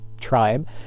tribe